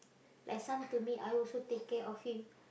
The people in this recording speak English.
my son to me I also take care of him